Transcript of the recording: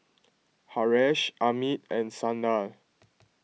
Haresh Amit and Sanal